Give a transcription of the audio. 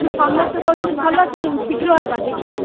ଏଇ ସମସ୍ତେ କହୁଛନ୍ତି ଭଲ ଫିଲ୍ମ ଶୀଘ୍ର ଆ'ବା ଦେଖିବା